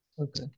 Okay